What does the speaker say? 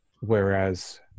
Whereas